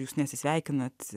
jūs nesisveikinat